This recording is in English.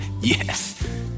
Yes